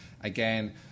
Again